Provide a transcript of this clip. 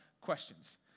questions